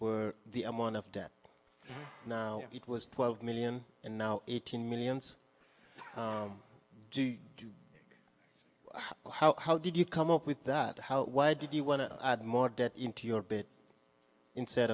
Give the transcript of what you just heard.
were the amount of debt now it was twelve million and now eighteen millions well how how did you come up with that how why did you want to add more debt into your bed instead